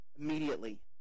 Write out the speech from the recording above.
immediately